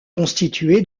constitué